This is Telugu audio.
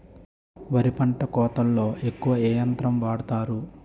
వరి పంట కోతలొ ఎక్కువ ఏ యంత్రం వాడతారు?